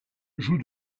joue